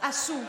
עשו.